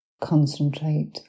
Concentrate